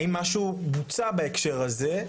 האם משהו בוצע בהקשר הזה?